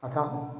अतः